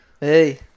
Hey